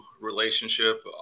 relationship